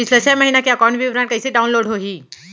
पिछला छः महीना के एकाउंट विवरण कइसे डाऊनलोड होही?